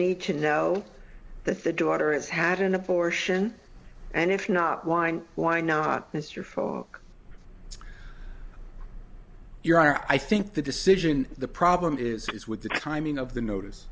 need to know that the daughter has had an abortion and if not why and why not mr falk your honor i think the decision the problem is with the timing of the notice